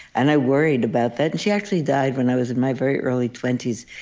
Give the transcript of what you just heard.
and i worried about that. and she actually died when i was in my very early twenty s.